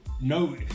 No